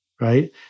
right